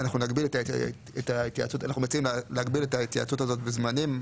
אנחנו מציעים להגביל את ההתייעצות הזאת בזמנים.